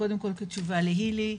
כתשובה להיילי,